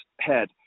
head